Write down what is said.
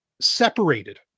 separated